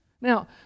Now